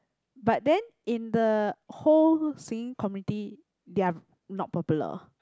but then in the whole singing community they are not popular